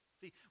See